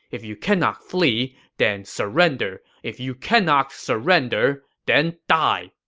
if you cannot flee, then surrender. if you cannot surrender, then die!